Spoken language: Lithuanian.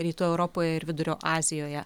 rytų europoje ir vidurio azijoje